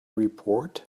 report